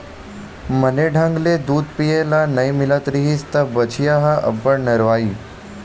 बने ढंग ले दूद पिए ल नइ मिलत रिहिस त बछिया ह अब्बड़ नरियावय